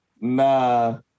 Nah